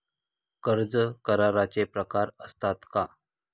कर्ज कराराचे प्रकार असतात का?